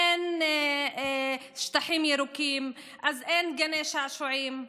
אין שטחים ירוקים, אז אין גני שעשועים.